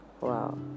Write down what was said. Wow